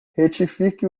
retifique